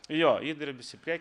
jo įdirbis į priekį